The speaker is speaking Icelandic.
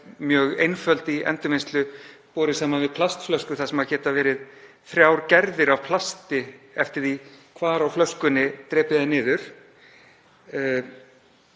mjög einföld í endurvinnslu borið saman við plastflöskur þar sem geta verið þrjár gerðir af plasti eftir því hvar á flöskunni drepið er niður.